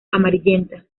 amarillenta